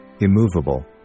immovable